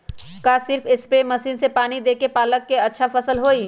का सिर्फ spray machine से पानी देके पालक के अच्छा फसल होई?